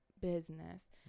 business